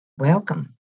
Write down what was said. Welcome